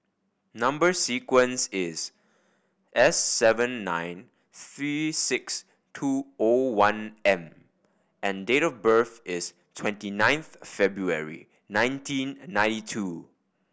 number sequence is S seven nine three six two O one M and date of birth is twenty ninth February nineteen ninety two